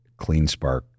CleanSpark